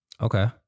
Okay